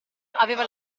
aveva